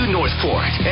Northport